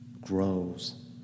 grows